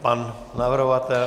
Pan navrhovatel?